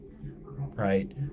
Right